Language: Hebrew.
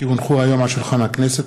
כי הונחו היום על שולחן הכנסת,